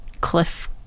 cliff